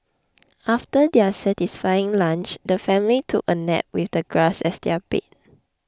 after their satisfying lunch the family took a nap with the grass as their bed